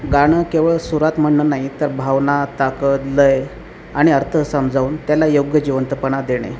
गाणं केवळं सुरात म्हणणं नाही तर भावना ताकद लय आणि अर्थ समजावून त्याला योग्य जीवंतपणा देणे